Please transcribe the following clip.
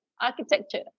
architecture